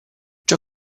ciò